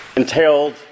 entailed